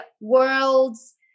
World's